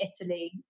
Italy